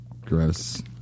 gross